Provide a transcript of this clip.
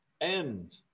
end